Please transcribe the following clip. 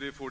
000 kr.